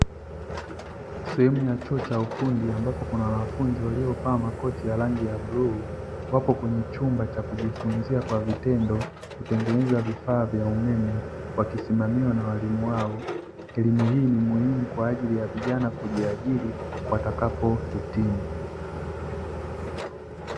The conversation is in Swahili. Sehemu ya chuo cha ufundi ambapo kuna wanafunzi waliovaa makoti ya rangi ya bluu, wapo kwenye chumba cha kujifunzia kwa vitendo, kutengeneza vifaa vya umeme wakisimamiwa na walimu wao. Elimu hii ni muhimu kwa ajili ya vijana kujiajiri watakapohitimu.